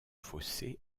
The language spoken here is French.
fossé